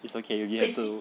it's okay you have to